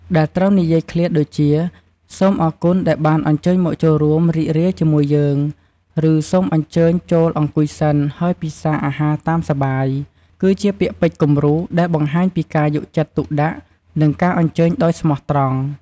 ដែលត្រូវនិយាយឃ្លាដូចជា "សូមអរគុណដែលបានអញ្ជើញមកចូលរួមរីករាយជាមួយយើង" ឬ "សូមអញ្ជើញចូល អង្គុយសិន ហើយពិសារអាហារតាមសប្បាយ" គឺជាពាក្យពេចន៍គំរូដែលបង្ហាញពីការយកចិត្តទុកដាក់ និងការអញ្ជើញដោយស្មោះត្រង់។